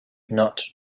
not